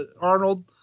Arnold